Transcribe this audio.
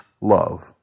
love